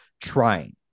trying